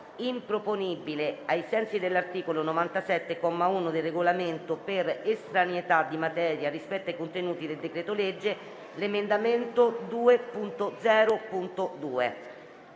improponibile, ai sensi dell'articolo 97, comma 1, del Regolamento, per estraneità di materia rispetto ai contenuti del decreto-legge, l'emendamento 2.0.2.